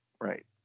right